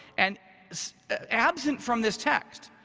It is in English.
and absent from this text,